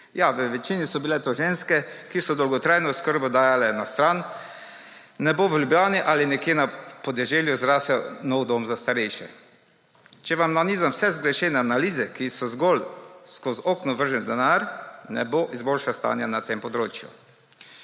ja, v večini so bile to ženske, ki so dolgotrajno oskrbo dajale na stran, ne bo v Ljubljani ali nekje na podeželju zrastel nov dom za starejše. Če vam nanizam vse zgrešene analize, ki so zgolj skozi okno vržen denar, ne bo izboljšal stanja na tem področju.